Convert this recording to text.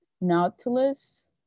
nautilus